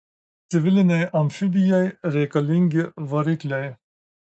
civilinei amfibijai reikalingi varikliai